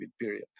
period